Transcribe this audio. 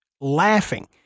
laughing